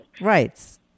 Right